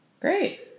Great